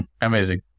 Amazing